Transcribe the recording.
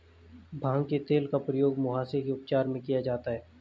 भांग के तेल का प्रयोग मुहासे के उपचार में भी किया जाता है